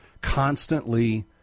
constantly